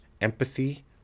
empathy